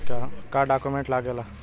का डॉक्यूमेंट लागेला?